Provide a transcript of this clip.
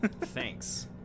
Thanks